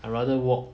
I rather walk